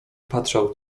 patrzał